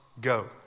go